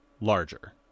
larger